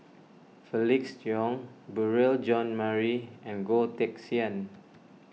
Felix Cheong Beurel Jean Marie and Goh Teck Sian